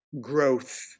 growth